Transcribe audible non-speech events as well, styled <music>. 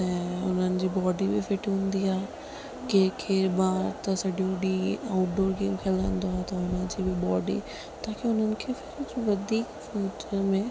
ऐं उन्हनि जी बॉडी बि फिट हूंदी आहे केरु केरु ॿारु त सॼो ॾींहुं आउटडोर गेम खेॾंदो आहे त हुन जी बि बॉडी ताक़ी हुननि खे कुझु वधीक <unintelligible>